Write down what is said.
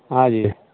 हाँ जी